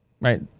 Right